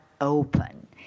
open